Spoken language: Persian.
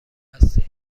هستی